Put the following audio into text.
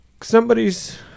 somebody's